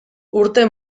urte